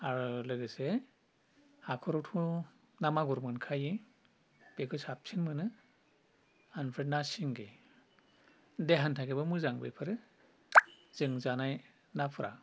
आरो लोगोसे हाख'रावथ' ना मागुर मोनखायो बेखौ साबसिन मोनो आनफ्राय ना सिंगि देहानि थाखायबा मोजां बेफोरो जों जानाय नाफ्रा